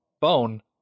Bone